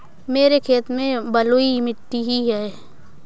मेरे खेत में बलुई मिट्टी ही है